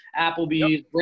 Applebee's